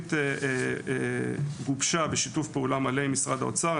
התוכנית גובשה בשיתוף פעולה מלא עם משרד האוצר.